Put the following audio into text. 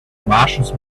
martians